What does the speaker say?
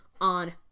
on